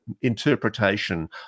interpretation